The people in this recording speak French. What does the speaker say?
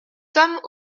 sommes